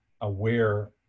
aware